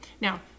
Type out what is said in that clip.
Now